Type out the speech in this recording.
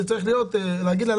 שצריך להגיד לה,